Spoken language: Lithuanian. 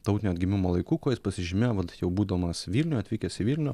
tautinio atgimimo laikų kuo jis pasižymėjo vat jau būdamas vilniuj atvykęs į vilnių